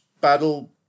battle